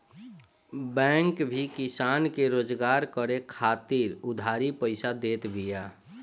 bank भी किसान के रोजगार करे खातिर उधारी पईसा देत बिया